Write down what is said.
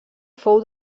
fou